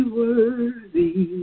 worthy